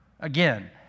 again